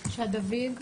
בבקשה, דוד.